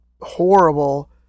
horrible